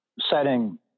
setting